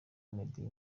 meddy